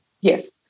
yes